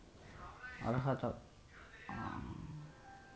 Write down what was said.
ఆహార కొరత రాకుండా ఉండాల్ల అంటే వ్యవసాయ విస్తరణ చానా అవసరం